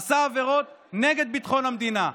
עשה עבירות נגד ביטחון המדינה,